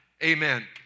Amen